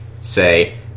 say